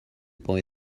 boy